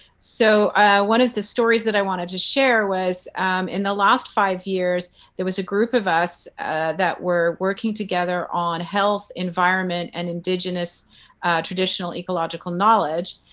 so one of the stories that i wanted to share was in the last five years there was a group of us that were working together on health, environment and indigenous traditional ecological knowledge.